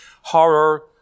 horror